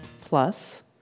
Plus